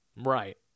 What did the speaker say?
right